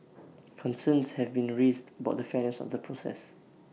concerns have been raised about the fairness of the process